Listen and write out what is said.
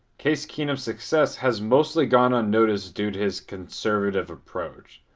case keenum's success has mostly gone unnoticed due to his conservative approach.